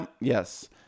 Yes